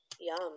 yum